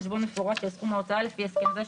חשבון מפורט של סכום ההוצאה לפי הסכם זה,